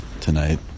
tonight